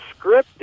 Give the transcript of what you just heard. scripted